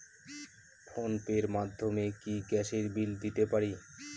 Phone pay র মাধ্যমে কি গ্যাসের বিল দিতে পারি?